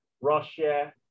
Russia